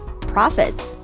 profits